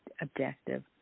objective